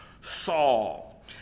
Saul